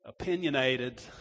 opinionated